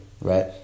right